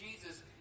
Jesus